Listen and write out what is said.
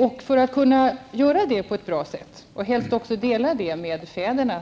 Och för att kunna utöva föräldraskapet på ett bra sätt, och helst dela det med barnens